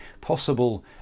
possible